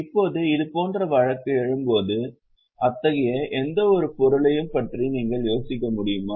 இப்போது இதுபோன்ற வழக்கு எழும்போது அத்தகைய எந்தவொரு பொருளையும் பற்றி நீங்கள் யோசிக்க முடியுமா